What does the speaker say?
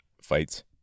fights